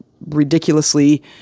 ridiculously